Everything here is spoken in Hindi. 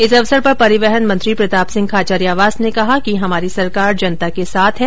इस अवसर पर परिवहन मंत्री प्रताप सिंह खाचरियावास ने कहा कि हमारी सरकार जनता के साथ है